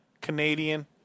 Canadian